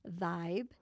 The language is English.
vibe